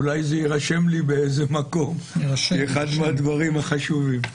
אולי זה ירשם לי באיזה מקום כאחד מהדברים החשובים.